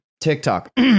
TikTok